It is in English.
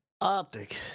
Optic